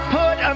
put